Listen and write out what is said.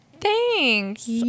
Thanks